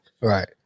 Right